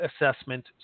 assessment